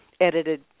edited